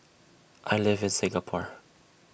I live in Singapore